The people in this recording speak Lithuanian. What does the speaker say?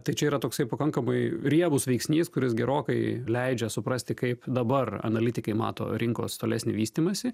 tai čia yra toksai pakankamai riebus veiksnys kuris gerokai leidžia suprasti kaip dabar analitikai mato rinkos tolesnį vystymąsi